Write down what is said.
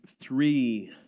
three